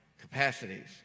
capacities